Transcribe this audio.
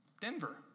Denver